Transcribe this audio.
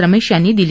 रमेश यांनी दिली